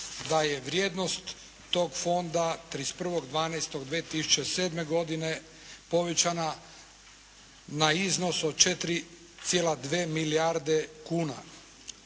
da je vrijednost tog Fonda 31. 12. 2007. godine povećana na iznos od 4,2 milijarde kuna.